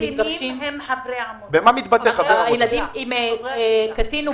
לא